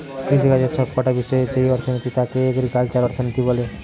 কৃষিকাজের সব কটা বিষয়ের যেই অর্থনীতি তাকে এগ্রিকালচারাল অর্থনীতি বলে